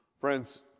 Friends